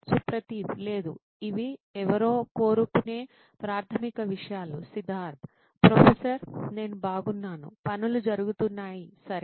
సుప్రతీవ్ లేదు ఇవి ఎవరో కోరుకునే ప్రాథమిక విషయాలు సిద్ధార్థ్ ప్రొఫెసర్ నేను బాగున్నాను పనులు జరుగుతున్నాయి సరే